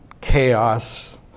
chaos